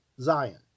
Zion